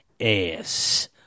ass